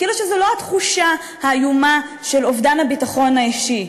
כאילו זו לא התחושה האיומה של אובדן הביטחון האישי,